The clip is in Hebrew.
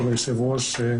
כבוד היושב ראש,